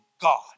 God